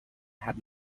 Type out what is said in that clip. had